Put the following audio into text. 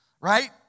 right